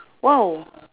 !wow!